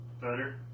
Better